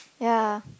ya